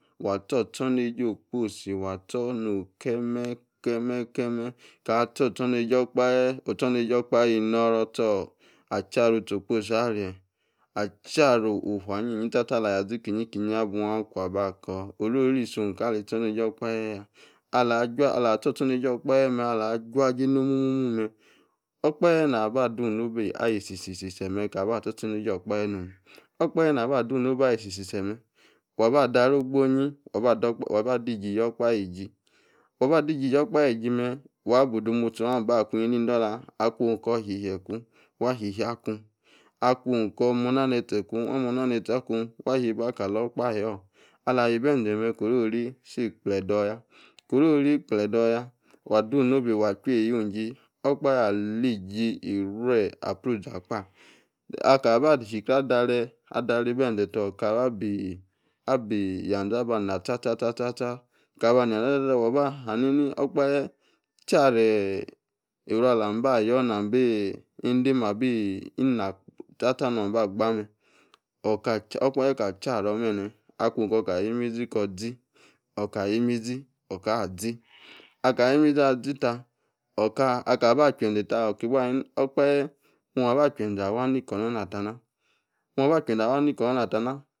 waa, ator ostornejie okposi wa otor no-oime, kime, kimer ka-ator, astornejie okache, ostornjie okpahe, inoru, stor, acharu, utie okposi arey acharie, ufua iyin-yi sta-sta, ala, aya, zi-keyi abu, aba, kwo aba kor-oro-ri isóm kalor ostornejie okpahe ya, ala, astor, ostornejie okpahe na ba donobe, ayi-si-síe, mer ka-ba ator, ostornejie okpahe, nom, okpahe na ba doobe ayi-si-si mer wa ba daret ogboyi wa ba, adiyi, eyie, okpahe esie, wa ba disi, iyior, okpche iie mer waa boh, odemostie oh, aba, ku ne-ende-idola aku oker, hie-hie ku, wa hihíe aku, aku oh okor, mona, netie, ku, wa yieba, kalor okpahe orr, ala, ahiyi beze, korori-si kledo ya koro-ri kpledo ya, wa dan nobe, wa cheyi iyin-ijie, okpache ala, ijie, ifue aprusa, kpa aka, ba, ishi-kre adarie, adarie beze ta, ofa ba-bi, abi, yaze, aba nah, sta-sta sta-sta, kab aba, nah wa ba ham-ni okpahee charey oru, mba yor nam-bi endem abi ina sta-sta, nua, aba gba mer okpache ka charu-bene aku, okor, ka yie-imize zi-oka yie-imezi oka zi aka yie-mezi, azi-ta oka, aka ba che-ze ta oki bua ahani okpehe moma-bo che-ze awa, miko-onona tana moma ba che-ze awa niko-mona tama,